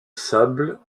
sable